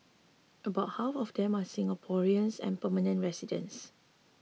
about half of them are Singaporeans and permanent residents